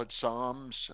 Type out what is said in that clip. Psalms